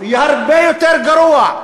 הרבה יותר גרוע.